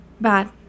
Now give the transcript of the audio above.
Bad